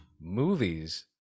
movies